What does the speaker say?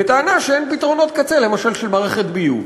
בטענה שאין פתרונות קצה, למשל של מערכת ביוב.